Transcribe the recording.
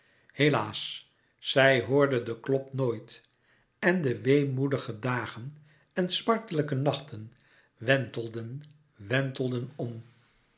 helaas zij hoorde den klop nooit en de weemoedige dagen en smartelijke nachten wentelden wentelden om